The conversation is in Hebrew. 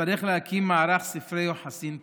נצטרך להקים מערך ספרי יוחסין פרטי.